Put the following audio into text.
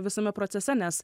visame procese nes